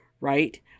right